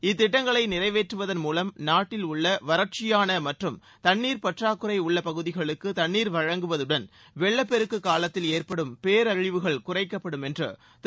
இத்திட்டங்களை நிறைவேற்றுவதன் மூலம் நாட்டிலுள்ள வறட்சியான மற்றும் தண்ணீர் பற்றாக்குறை உள்ள பகுதிகளுக்கு தண்ணீர் வழங்குவதுடன் வெள்ளப்பெருக்கு காலத்தில் ஏற்படும் பேரழிவுகள் குறைக்கப்படும் என்றும் திரு